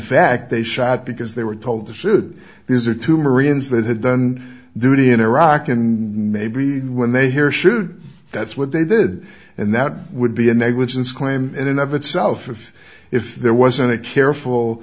fact they shot because they were told that should these are two marines that had done their duty in iraq and maybe when they here should that's what they did and that would be a negligence claim and enough itself if if there wasn't a careful